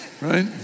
right